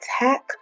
attack